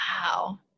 wow